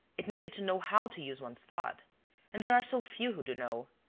it needed to know how to use one's thought and there are so few who do know.